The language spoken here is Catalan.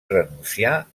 renunciar